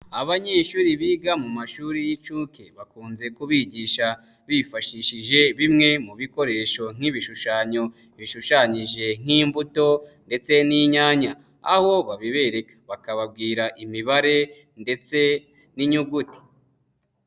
Abanyeshuri biga mu mashuri y'inshuke bakunze kubigisha bifashishije bimwe mu bikoresho nk'ibishushanyo bishushanyije nk'imbuto ndetse n'inyanya, aho babibereka bakababwira imibare ndetse n'inyuguti.